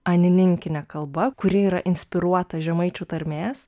anininkine kalba kuri yra inspiruota žemaičių tarmės